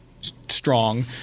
strong